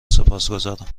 سپاسگزارم